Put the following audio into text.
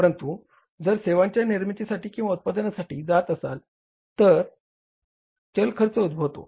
परंतु आपण जर सेवांच्या निर्मितीसाठी किंवा उत्पादनासाठी जात असाल तरच चल खर्च उद्भवतो